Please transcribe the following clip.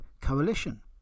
coalition